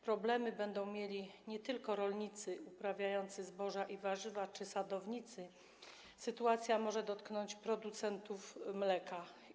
Problemy będą mieli nie tylko rolnicy uprawiający zboża i warzywa czy sadownicy, ta sytuacja może dotknąć też producentów mleka.